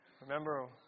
remember